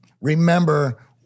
remember